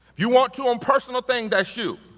you want to on personal thing, that's you,